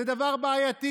זה דבר בעייתי.